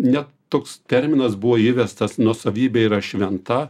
ne toks terminas buvo įvestas nuosavybė yra šventa